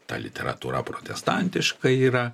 ta literatūra protestantiška yra